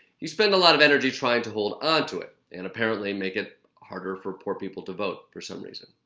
you spend a lot of energy trying to hold on ah to it, and apparently make it harder for poor people to vote for some reason.